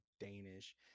Danish